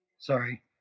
Sorry